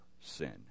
sin